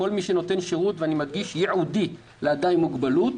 כל מי שנותן שירות ייעודי לאדם עם מוגבלות,